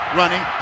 running